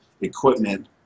equipment